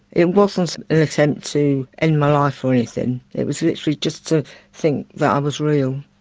it wasn't an attempt to end my life or anything, it was literally just to think that i was real.